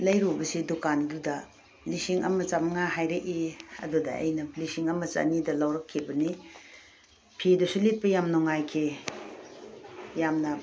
ꯂꯩꯔꯨꯕꯁꯦ ꯗꯨꯀꯥꯟꯗꯨꯗ ꯂꯤꯁꯤꯡ ꯑꯃ ꯆꯥꯝꯉꯥ ꯍꯥꯏꯔꯛꯏ ꯑꯗꯨꯗ ꯑꯩꯅ ꯂꯤꯁꯤꯡ ꯑꯃ ꯆꯅꯤꯗ ꯂꯧꯔꯛꯈꯤꯕꯅꯤ ꯐꯤꯗꯨꯁꯨ ꯂꯤꯠꯄ ꯌꯥꯝ ꯅꯨꯡꯉꯥꯏꯈꯤ ꯌꯥꯝꯅ